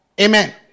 Amen